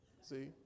see